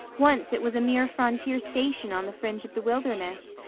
once it was a mere frontier station on the fringe of the wilderness,